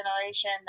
generation